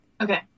Okay